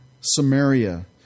Samaria